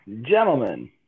gentlemen